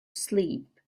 sleep